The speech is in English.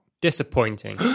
Disappointing